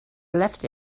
left